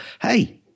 hey –